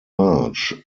march